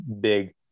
big